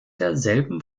derselben